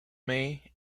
may